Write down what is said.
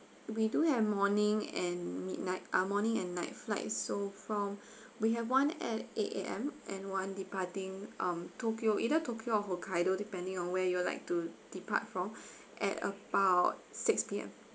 we do have morning and midnight ah morning and night flight so from we have one at eight A_M and one departing um tokyo either tokyo or hokkaido depending on where you would like to depart from at about six P_M